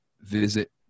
visit